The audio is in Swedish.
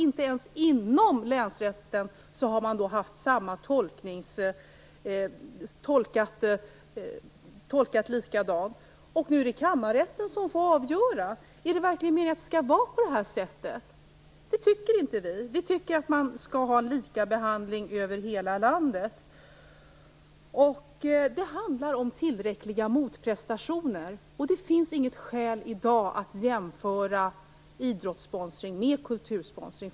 Inte ens inom Länsrätten har man alltså gjort samma tolkning. Nu är det Kammarrätten som får avgöra. Är det verkligen meningen att det skall vara på det här sättet? Det tycker inte vi. Vi tycker att det skall vara lika behandling över hela landet. Det handlar om tillräckliga motprestationer. Det finns inte något skäl i dag att jämföra idrottssponsring med kultursponsring.